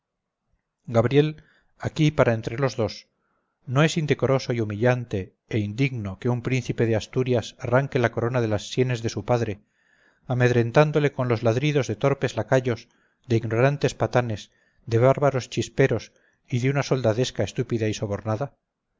gabriel aquí para entre los dos no es indecoroso y humillante e indigno que un príncipe de asturias arranque la corona de las sienes de su padre amedrentándole con los ladridos de torpes lacayos de ignorantes patanes de bárbaros chisperos y de una soldadesca estúpida y sobornada